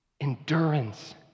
Endurance